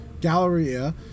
Galleria